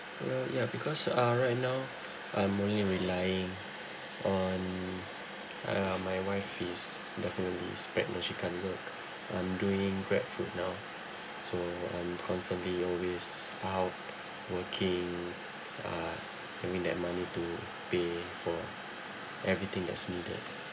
uh yeah because uh right now I'm only relying on uh my wife is definitely is pregnant she can't work I'm doing grabfood now so I'm constantly always out working uh earning that money to pay for everything that's needed